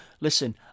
listen